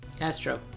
Astro